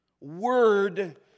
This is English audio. word